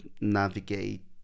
navigate